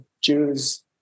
Jews